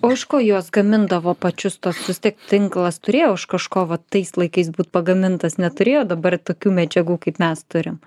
o iš ko juos gamindavo pačius tuos vis tiek tinklas turėjo iš kažko vat tais laikais būt pagamintas neturėjo dabar tokių medžiagų kaip mes turim